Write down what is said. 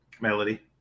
Melody